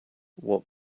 what